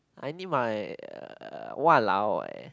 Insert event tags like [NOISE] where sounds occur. I need my [NOISE] !walao! eh